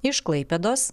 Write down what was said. iš klaipėdos